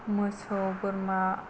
मोसौ बोरमा